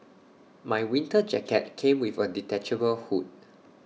my winter jacket came with A detachable hood